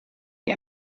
gli